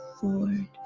forward